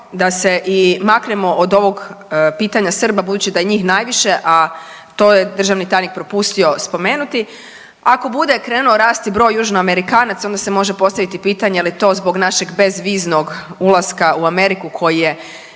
a se i maknemo od ovog pitanja Srba budući da je njih najviše, a to je državni tajnik propustio spomenuti, ako bude krenuo rasti broj Južnoamerikanaca onda se može postaviti pitanje je li zbog našeg bezviznog ulaska u Ameriku koji je